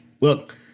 look